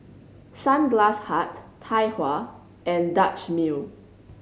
Sunglass Hut Tai Hua and Dutch Mill